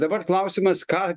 dabar klausimas ką